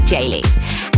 Jaylee